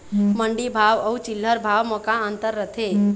मंडी भाव अउ चिल्हर भाव म का अंतर रथे?